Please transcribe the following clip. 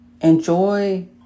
Enjoy